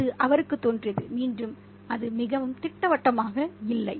அது அவருக்குத் தோன்றியது மீண்டும் அது மிகவும் திட்டவட்டமாக இல்லை